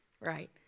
right